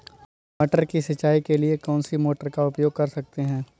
मटर की सिंचाई के लिए कौन सी मोटर का उपयोग कर सकते हैं?